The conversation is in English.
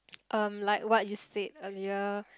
um like what you said earlier